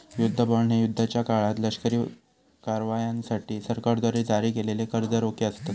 युद्ध बॉण्ड हे युद्धाच्या काळात लष्करी कारवायांसाठी सरकारद्वारे जारी केलेले कर्ज रोखे असतत